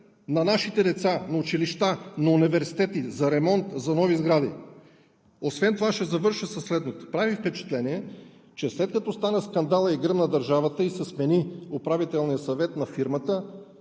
на нашите деца, на училища, на университети, за ремонт, за нови сгради. Ще завърша със следното. Прави впечатление, че след като стана скандалът и гръмна държавата, и се смени управителният съвет на фирмата